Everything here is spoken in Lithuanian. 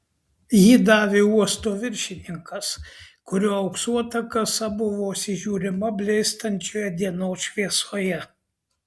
jį davė uosto viršininkas kurio auksuota kasa buvo vos įžiūrima blėstančioje dienos šviesoje